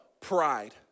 Pride